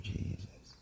Jesus